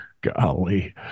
Golly